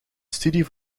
studie